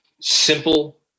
simple